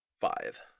five